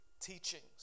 teachings